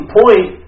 point